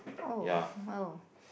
oh !wow!